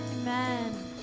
Amen